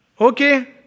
Okay